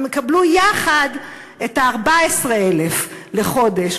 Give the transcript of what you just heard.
הם יקבלו יחד את ה-14,000 לחודש.